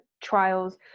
trials